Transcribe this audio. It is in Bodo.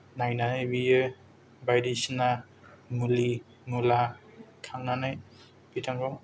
नायनानै बियो बायदिसिना मुलि मुला खांनानै बिथांखौ